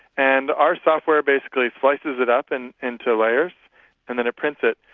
and our software basically slices it up and into layers and then it prints it.